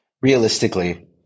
realistically